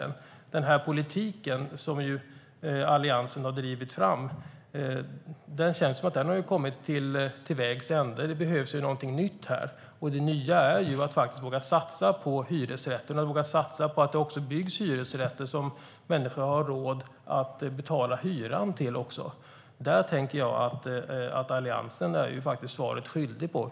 Det känns som att den politik som Alliansen har drivit fram har kommit till vägs ände. Det behövs något nytt här. Det nya är att våga satsa på hyresrätter och på att bygga hyresrätter som människor har råd att betala hyran för. Där blir Alliansen svaret skyldig.